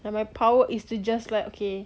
and my power is to just like okay